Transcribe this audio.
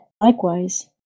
Likewise